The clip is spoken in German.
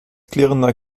klirrender